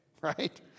right